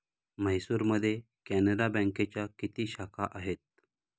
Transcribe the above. म्हैसूरमध्ये कॅनरा बँकेच्या किती शाखा आहेत?